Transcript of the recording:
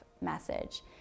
message